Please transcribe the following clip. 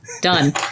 done